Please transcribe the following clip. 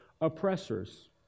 oppressors